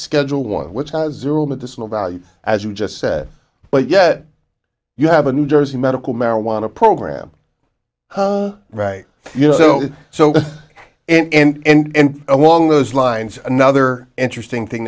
schedule one which has zero medicinal value as you just said but yet you have a new jersey medical marijuana program right you know so and along those lines another interesting thing